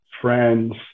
friends